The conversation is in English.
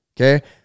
Okay